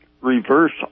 reverse